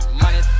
money